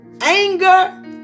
Anger